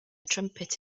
trumpet